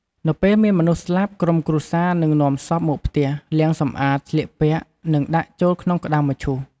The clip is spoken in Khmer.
នៅពេលមានមនុស្សស្លាប់ ក្រុមគ្រួសារនឹងនាំសពមកផ្ទះ លាងសម្អាត ស្លៀកពាក់ និងដាក់ចូលក្នុងក្តារមឈូស។